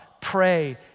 pray